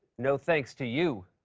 no thanks to you.